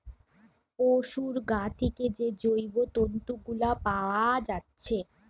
পোশুর গা থিকে যে জৈব তন্তু গুলা পাআ যাচ্ছে